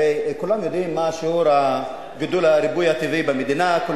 הרי כולם יודעים מה שיעור הריבוי הטבעי במדינה,